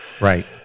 Right